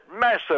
massive